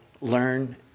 learn